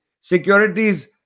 securities